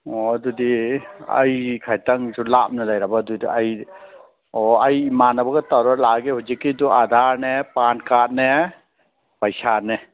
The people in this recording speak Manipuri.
ꯑꯣ ꯑꯗꯨꯗꯤ ꯑꯩ ꯈꯛꯇꯪꯁꯨ ꯂꯥꯞꯅ ꯂꯩꯔꯕ ꯑꯗꯨꯗ ꯑꯩ ꯑꯣ ꯑꯩ ꯏꯃꯥꯟꯅꯕꯒ ꯇꯧꯔ ꯂꯥꯛꯑꯒꯦ ꯍꯧꯖꯤꯛꯀꯤꯗꯨ ꯑꯥꯗꯥꯔꯅꯦ ꯄꯥꯟ ꯀꯥꯠꯅꯦ ꯄꯩꯁꯥꯅꯦ